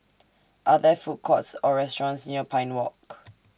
Are There Food Courts Or restaurants near Pine Walk